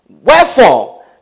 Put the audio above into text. Wherefore